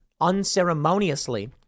unceremoniously